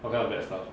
what kind bad stuff